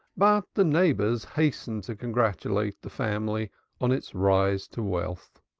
but the neighbors hastened to congratulate the family on its rise to wealth.